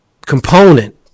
component